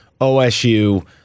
OSU